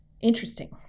Interesting